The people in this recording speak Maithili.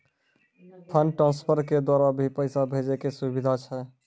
फंड ट्रांसफर के द्वारा भी पैसा भेजै के सुविधा छै?